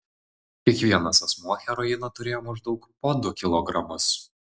kiekvienas asmuo heroino turėjo maždaug po du kilogramus